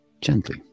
Gently